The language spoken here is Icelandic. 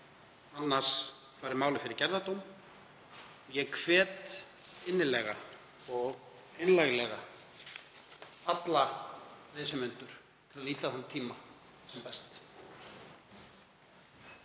annars fari málið fyrir gerðardóm. Ég hvet innilega og einlæglega alla viðsemjendur til að nýta þann tíma sem best.